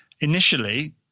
initially